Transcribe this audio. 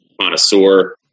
connoisseur